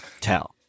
tell